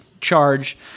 charge